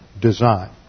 design